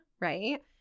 right